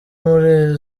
muri